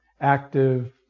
active